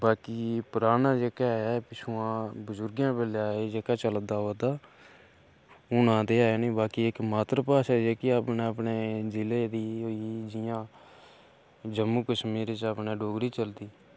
बाकी पराना जेह्का ऐ पिच्छुआं बजुर्गें बेल्ले दा जेह्का ऐ चला दा आवा दा हूनै दा ते ऐ नि बाकी इक मातर भाशा जेह्की अपने अपने जि'ले दी होई गेई जियां जम्मू कश्मीर च अपना डोगरी चलदी